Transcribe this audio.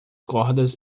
cordas